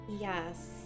Yes